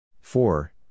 Four